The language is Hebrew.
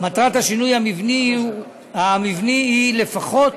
מטרת השינוי המבני היא לפחות